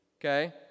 Okay